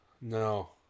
No